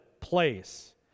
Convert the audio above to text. place